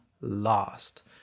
last